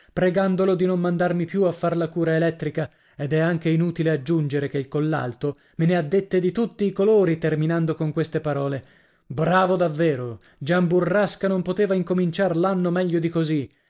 pregandolo di non mandarmi più a far la cura elettrica ed è anche inutile aggiungere che il collalto me ne ha dette di tutti i colori terminando con queste parole bravo davvero gian burrasca non poteva incominciar l'anno meglio di così